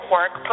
Work